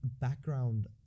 background